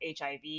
HIV